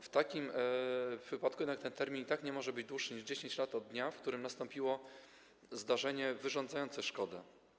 W takim wypadku jednak ten termin i tak nie może być dłuższy niż 10 lat od dnia, w którym nastąpiło zdarzenie wyrządzające szkodę.